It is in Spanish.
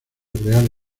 real